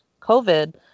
COVID